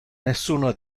nessuno